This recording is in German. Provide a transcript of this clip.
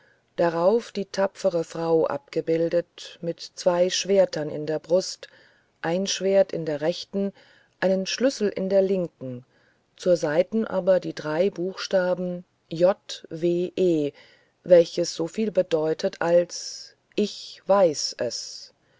darauff die tapfere frau abgebildet mit zwei schwertern in die brust ein schwert in der rechten einen schlüssel in der linken zur seiten aber die drei buchstaben j w e welches so viel bedeutet als ich weis es